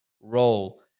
role